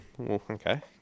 Okay